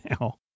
now